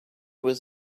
was